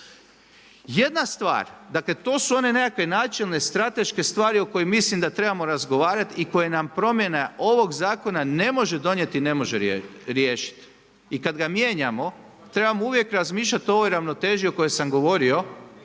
Jedna stvar, dakle, to su one nekakve načelne strateške stvari o kojim mislim da trebamo razgovarati i koja nam promjena ovog zakona ne može donijeti i ne može riješiti. I kad ga mijenjamo trebamo uvijek razmišljati o ovoj ravnoteži o kojoj sam govorio